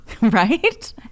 Right